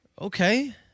Okay